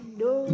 no